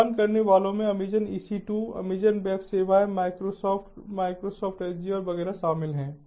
भुगतान करने वालों में अमेज़ॅन ईसी 2 अमेज़ॅन वेब सेवाएं माइक्रोसॉफ्ट माइक्रोसॉफ्ट एज़्योर वगैरह शामिल हैं